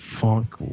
funk